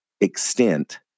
extent